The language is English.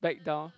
back down